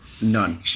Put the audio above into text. None